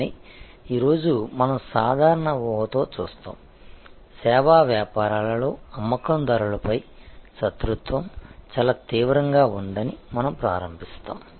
కానీ ఈ రోజు మనం సాధారణ ఊహతో చూస్తాము సేవా వ్యాపారాలలో అమ్మకందారులపై శత్రుత్వం చాలా తీవ్రంగా ఉందని మనం ప్రారంభిస్తాము